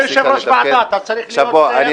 אנחנו מקדימים בחירות בגלל שהקואליציה